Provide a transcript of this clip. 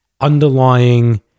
underlying